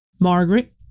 Margaret